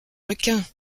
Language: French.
requins